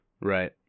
Right